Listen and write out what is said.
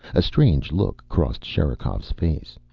a strange look crossed sherikov's face.